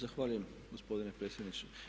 Zahvaljujem gospodine predsjedniče.